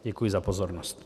Děkuji za pozornost.